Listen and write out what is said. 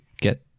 get